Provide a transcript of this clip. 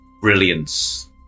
brilliance